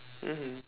mmhmm